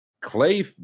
Clay